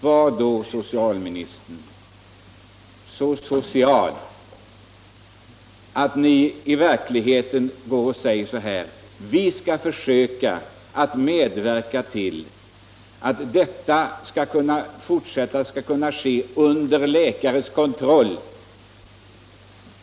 Var då, herr socialminister, så social att ni säger: Vi skall försöka medverka till att den fortsatta behandlingen med detta preparat skall kunna ske under läkares kontroll.